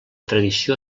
tradició